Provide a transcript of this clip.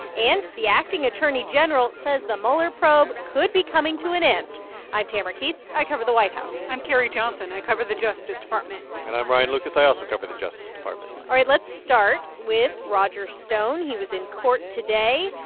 and the acting attorney general says the mueller probe could be coming to an end i'm tamara keith. i cover the white house i'm carrie johnson. i cover the justice department and i'm ryan lucas i also cover the justice department all right. let's start with roger stone. he was in court today.